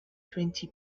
twenty